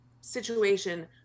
situation